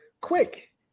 Quick